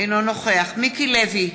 אינו נוכח מיקי לוי,